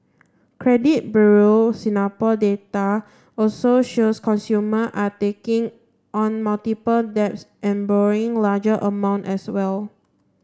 credit Bureau Singapore data also shows consumer are taking on multiple debts and bring larger amount as well